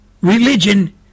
Religion